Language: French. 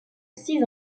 six